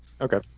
Okay